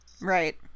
Right